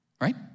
Right